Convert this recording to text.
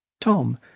Tom